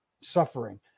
suffering